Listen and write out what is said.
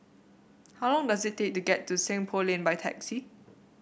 how long does it take to get to Seng Poh Lane by taxi